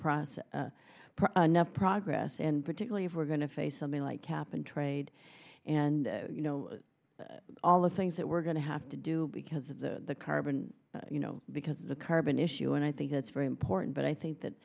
process enough progress and particularly if we're going to face something like cap and trade and you know all the things that we're going to have to do because of the carbon you know because the carbon issue and i think that's very important but i think that